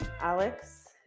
Alex